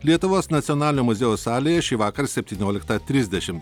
lietuvos nacionalinio muziejaus salėje šįvakar septynioliktą trisdešimt